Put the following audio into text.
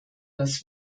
das